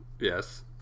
yes